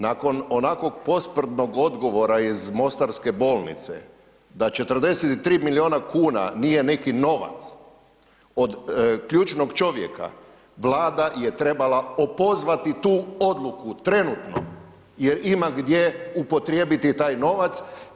Nakon onako posprdnog odgovora iz Mostarske bolnice da 43 milijuna kuna nije neki novac od ključnog čovjeka, Vlada je trebala opozvati tu odluku trenutno jer ima gdje upotrijebiti taj novac.